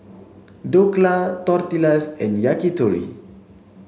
Dhokla Tortillas and Yakitori